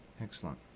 Excellent